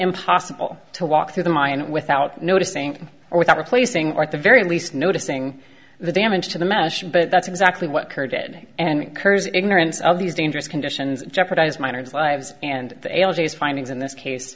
impossible to walk through the mine without noticing or without replacing or at the very least noticing the damage to the mash but that's exactly what kerr did and kurz ignorance of these dangerous conditions jeopardized miners lives and the findings in this case